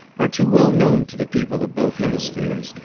are too well known to the people of both hemispheres,